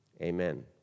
Amen